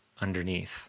underneath